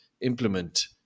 implement